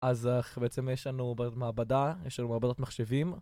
אז בעצם יש לנו במעבדה, יש לנו מעבדת מחשבים